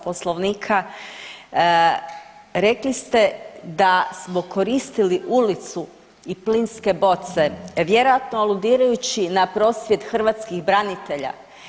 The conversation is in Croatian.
Poslovnika, rekli ste da smo koristili ulicu i plinske boce vjerojatno aludirajući na prosvjed hrvatskih branitelja.